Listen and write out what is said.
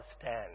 stand